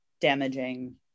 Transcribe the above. damaging